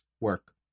work